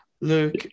Luke